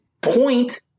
point